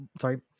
sorry